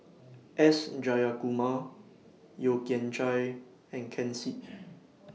S Jayakumar Yeo Kian Chye and Ken Seet